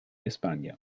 españa